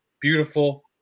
beautiful